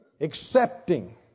Accepting